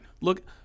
Look